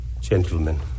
Gentlemen